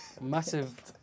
Massive